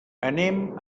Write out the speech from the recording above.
anem